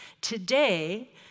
Today